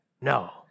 no